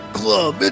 Club